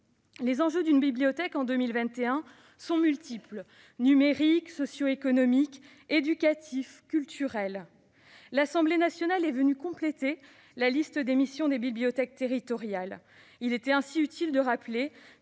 Les enjeux d'une bibliothèque en 2021 sont multiples : numériques, socioéconomiques, éducatifs, culturels. L'Assemblée nationale est venue compléter la liste des missions des bibliothèques territoriales. Il était utile de rappeler